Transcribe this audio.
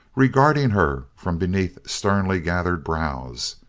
regarding her from beneath sternly gathered brows.